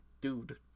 dude